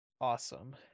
awesome